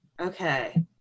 Okay